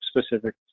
specific